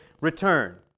return